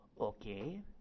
Okay